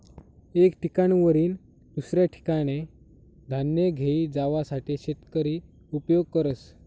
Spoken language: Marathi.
एक ठिकाणवरीन दुसऱ्या ठिकाने धान्य घेई जावासाठे शेतकरी उपयोग करस